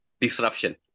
disruption